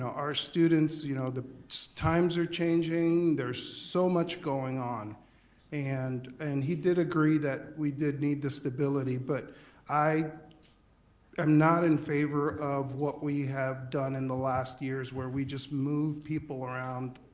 our students, you know the so times are changing. there's so much much going on and and he did agree that we did need the stability. but i am not in favor of what we have done in the last years where we just moved people around,